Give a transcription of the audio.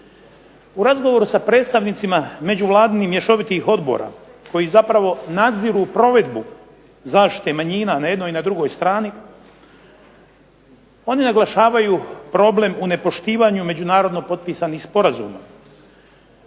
U razgovoru sa predstavnicima međuvladinih mješovitih odbora koji zapravo nadziru provedbu zaštite manjina na jednoj i na drugoj strani oni naglašavaju problem u nepoštivanju međunarodno potpisanih sporazuma.